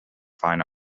fine